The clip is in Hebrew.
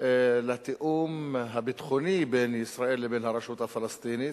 על התיאום הביטחוני בין ישראל לבין הרשות הפלסטינית,